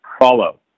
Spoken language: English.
follow